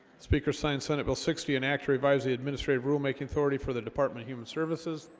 speakers signed senate bill sixty an actuary vives the administrative rulemaking authority for the department human services